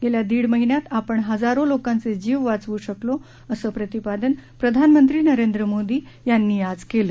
गेल्या दीड महिन्यात आपण हजारो लोकांचे जीव वाचवू शकलो असे प्रतिपादन प्रधानमंत्री नरेंद्र मोदी यांनी आज केले